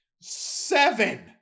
Seven